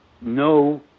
no